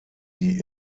die